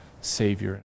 Savior